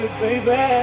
baby